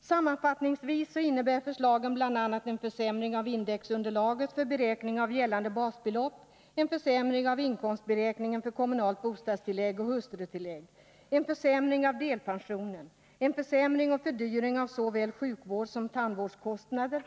Sammanfattningsvis innebär förslagen bl.a. en försämring av indexunderlaget för beräkning av gällande basbelopp, en försämring av inkomstberäkningen för kommunalt bostadstillägg och hustrutillägg, en försämring av delpensionen och en försämring och fördyring av såväl sjukvårdssom tandvårdskostnader.